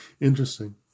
Interesting